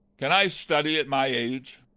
can i study at my age?